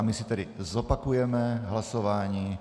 My si tedy zopakujeme hlasování.